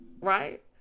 right